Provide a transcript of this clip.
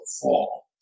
fall